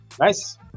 nice